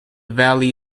valley